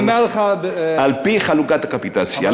אני אומר לך, על-פי חלוקת הקפיטציה.